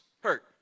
hurt